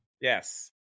Yes